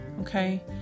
Okay